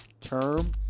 term